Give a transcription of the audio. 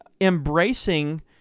embracing